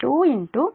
20